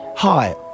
Hi